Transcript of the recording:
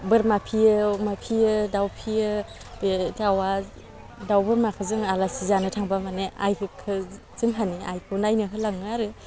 बोरमा फिसियो अमा फिसियो दाउ फिसियो बे दावा दाउ बोरमाखौ जोङो आलासि जानो थांबा माने आइखौ जोंहानि आइखौ नायनो होलाङो आरो